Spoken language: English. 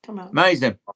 amazing